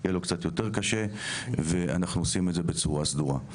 יהיה לו קצת יותר קשה ואנחנו עושים את זה בצורה סדורה.